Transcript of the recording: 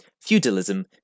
feudalism